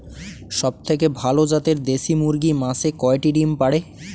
সবথেকে ভালো জাতের দেশি মুরগি মাসে কয়টি ডিম পাড়ে?